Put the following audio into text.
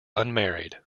unmarried